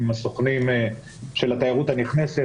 עם הסוכנים של התיירות הנכנסת.